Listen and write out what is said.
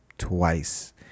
twice